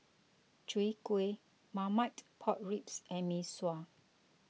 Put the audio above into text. Chwee Kueh Marmite Pork Ribs and Mee Sua